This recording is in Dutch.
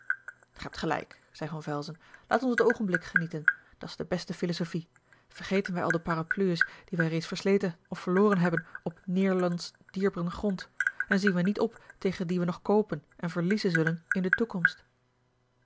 gij hebt gelijk zei van velzen laat ons het oogenblik genieten dat's de beste philosophie vergeten wij al de parapluies die wij reeds versleten of verloren hebben op neerlands dierbren grond en zien wij niet op tegen die we nog koopen en verliezen zullen in de toekomst